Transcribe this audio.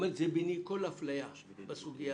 אפליה בסוגיה